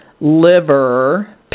liver